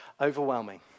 overwhelming